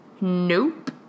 Nope